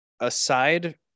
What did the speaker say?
aside